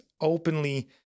openly